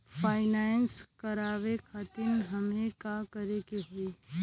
Finance करावे खातिर हमें का करे के होई?